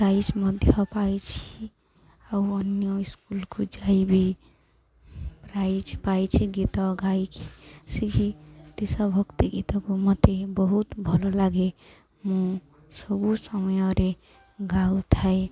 prize ମଧ୍ୟ ପାଇଛି ଆଉ ଅନ୍ୟ ଇସ୍କୁଲକୁ ଯାଇ ବି ପ୍ରାଇଜ ପାଇଛି ଗୀତ ଗାଇକି ସେ କି ଦେଶ ଭକ୍ତି ଗୀତକୁ ମୋତେ ବହୁତ ଭଲ ଲାଗେ ମୁଁ ସବୁ ସମୟରେ ଗାଉଥାଏ